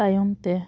ᱛᱟᱭᱚᱢᱛᱮ